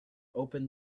open